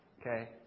Okay